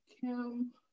Kim